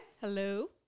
Hello